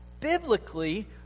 biblically